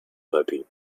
puppy